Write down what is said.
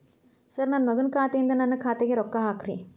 sir ನನ್ನ ಮಗನ ಖಾತೆ ಯಿಂದ ನನ್ನ ಖಾತೆಗ ರೊಕ್ಕಾ ಹಾಕ್ರಿ